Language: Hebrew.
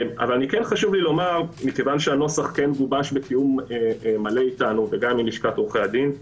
אבל כיוון שהנוסח גובש בתיאום מלא אתנו וגם עם לשכת עורכי הדין,